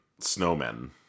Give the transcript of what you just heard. snowmen